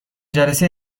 جلسه